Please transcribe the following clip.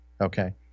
Okay